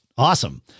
Awesome